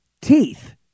teeth